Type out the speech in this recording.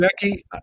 Becky